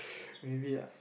maybe ah